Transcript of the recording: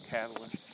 Catalyst